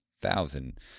thousand